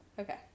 Okay